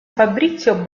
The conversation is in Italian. fabrizio